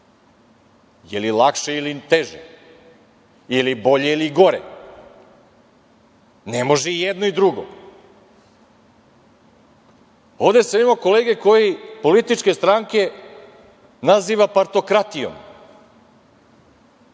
Je li lakše ili teže? Ili je bolje ili gore, ne može i jedno i drugo. Ovde sad imamo kolege koji političke stranke naziva partokratijom.